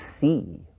see